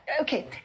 Okay